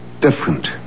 different